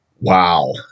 wow